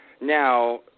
Now